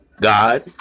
God